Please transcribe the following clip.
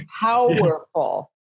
powerful